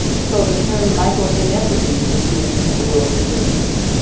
so the term micro-inequity is is used in the world of business.